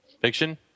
Fiction